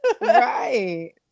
Right